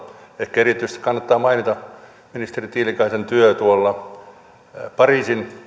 ehkä erityisesti kannattaa mainita ministeri tiilikaisen työ pariisin